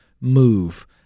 move